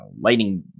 lighting